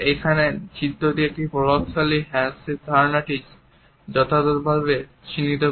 এখানে চিত্রটি একটি প্রভাবশালী হ্যান্ডশেকের ধারণাটিকে যথাযথভাবে চিত্রিত করে